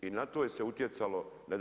I na to se utjecalo.